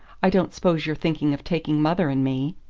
i don't s'pose you're thinking of taking mother and me?